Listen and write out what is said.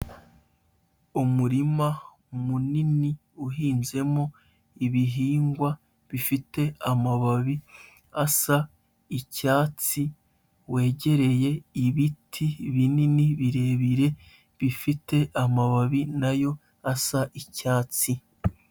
Umurima munini uhinzemo ibihingwa bifite amababi asa icyatsi, wegereye ibiti binini birebire bifite amababi na yo asa icyatsi.